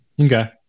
Okay